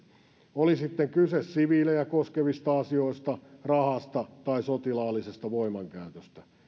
oli sitten kyse siviilejä koskevista asioista rahasta tai sotilaallisesta voimankäytöstä